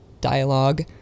dialogue